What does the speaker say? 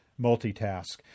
multitask